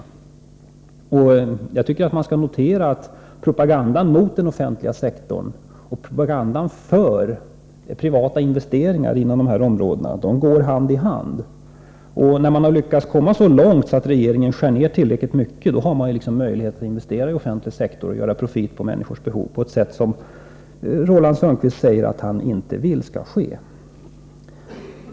Jag tycker att man skall notera att propagandan mot den offentliga sektorn och propagandan för privata investeringar inom de här områdena går hand i hand. När man har lyckats komma så långt att regeringen skär ned tillräckligt mycket har man ju möjlighet att investera i offentlig sektor och göra profit på människors behov på ett sätt som Roland Sundgren säger sig inte vilja vara med om.